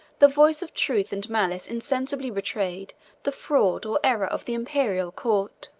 the voice of truth and malice insensibly betrayed the fraud or error of the imperial court.